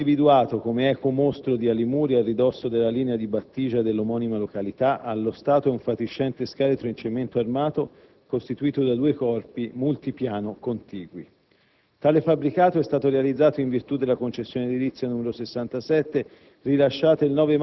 Signor Presidente, onorevoli senatori, il fabbricato individuato come "ecomostro" di Alimuri a ridosso della linea di battigia dell'omonima località, allo stato è un fatiscente scheletro in cemento armato costituito da due corpi multipiano contigui.